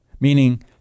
meaning